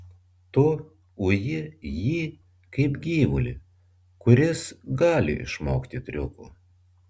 tu uji jį kaip gyvulį kuris gali išmokti triukų